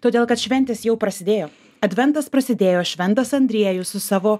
todėl kad šventės jau prasidėjo adventas prasidėjo šventas andriejus su savo